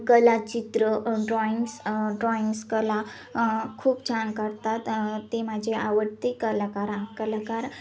कलाचित्र drawings drawings कला खूप छान काढतात ते माझी आवडते कलाकार आहे कलाकार